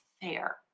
fair